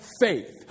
faith